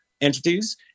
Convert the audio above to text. entities